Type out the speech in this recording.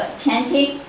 chanting